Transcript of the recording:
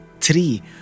three